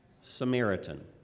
Samaritan